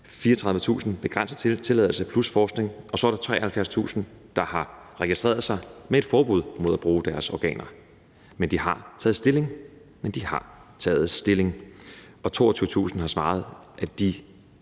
tilladelse plus tilladelse til forskning. Og så er der 73.000, der har registreret sig med et forbud mod at bruge deres organer, men de har taget stilling. Og 22.000 har sagt, at de